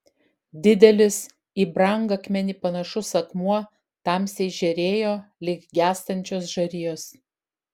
didelis į brangakmenį panašus akmuo tamsiai žėrėjo lyg gęstančios žarijos